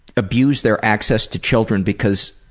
abuse their access to children because